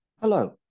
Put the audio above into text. Hello